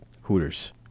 Hooters